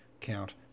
Count